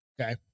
Okay